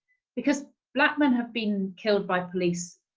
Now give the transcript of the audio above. because black men have been killed by police,